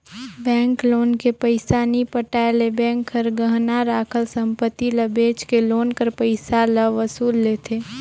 bank loan के पइसा नी पटाए ले बेंक हर गहना राखल संपत्ति ल बेंच के लोन कर पइसा ल वसूल लेथे